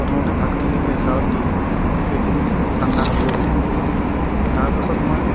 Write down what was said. প্ৰথমতে ভাতখিনি প্ৰেছাৰত দি সেইখিনি ঠাণ্ডা হ'বলৈ দিলোঁ তাৰপাছত মই